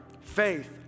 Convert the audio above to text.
Faith